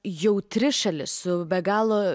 jautri šalis su be galo